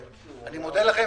אני מודה לכם.